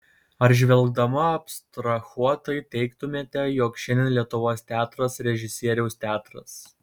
ar žvelgdama abstrahuotai teigtumėte jog šiandien lietuvos teatras režisieriaus teatras